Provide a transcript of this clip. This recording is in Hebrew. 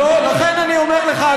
לכן אני אומר לך,